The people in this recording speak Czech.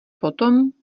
potom